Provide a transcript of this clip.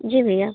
जी भैया